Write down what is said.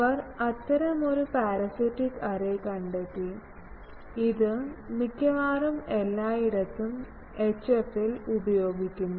അവർ അത്തരം ഒരു parasitic array കണ്ടെത്തി ഇത് മിക്കവാറും എല്ലായിടത്തും എച്ച്എഫിൽ ഉപയോഗിക്കുന്നു